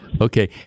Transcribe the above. Okay